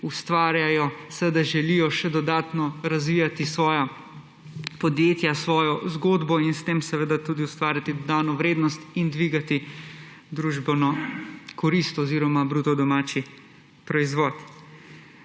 ustvarjajo, želijo še dodatno razvijati svoja podjetja, svojo zgodbo in s tem tudi ustvarjati dodano vrednost in dvigati družbeno korist oziroma bruto domači proizvod.